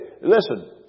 Listen